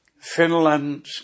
Finland